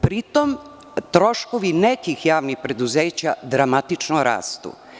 Pri tom, troškovi nekih javnih preduzeća dramatično rastu.